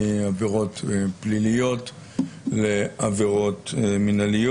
מעבירות פליליות לעבירות מינהליות.